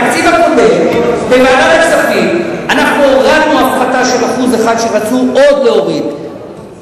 בתקציב הקודם אנחנו בוועדת הכספים הורדנו הפחתה של 1% שרצו עוד להוריד,